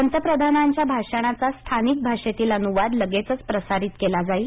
पंतप्रधानांच्या भाषणाचा स्थानिक भाषेतील अनुवाद लगेचच प्रसारित केला जाईल